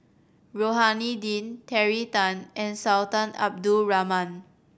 Rohani Din Terry Tan and Sultan Abdul Rahman